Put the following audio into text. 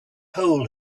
hole